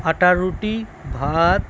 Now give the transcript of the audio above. আটার রুটি ভাত